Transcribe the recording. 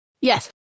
Yes